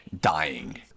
dying